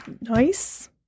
Nice